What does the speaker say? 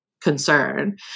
concern